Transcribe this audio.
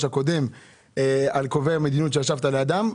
הקודם על קובעי המדיניות שישבת לידם,